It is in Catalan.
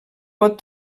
pot